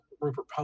rupert